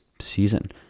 season